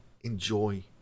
enjoy